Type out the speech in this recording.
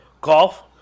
golf